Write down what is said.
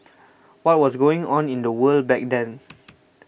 what was going on in the world back then